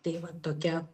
tai va tokia